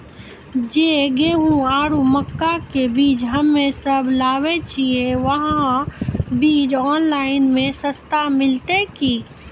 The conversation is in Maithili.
जे गेहूँ आरु मक्का के बीज हमे सब लगावे छिये वहा बीज ऑनलाइन मे सस्ता मिलते की?